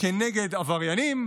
נגד עבריינים,